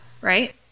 right